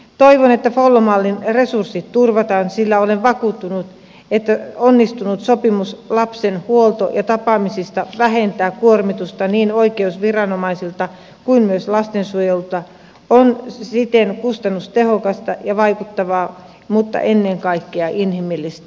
toivon että follo mallin resurssit turvataan sillä olen vakuuttunut että onnistunut sopimus lapsen huollosta ja tapaamisista vähentää kuormitusta niin oikeusviranomaisilta kuin myös lastensuojelulta ja on siten kustannustehokasta ja vaikuttavaa mutta ennen kaikkea inhimillistä